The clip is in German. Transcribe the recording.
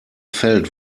feld